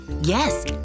Yes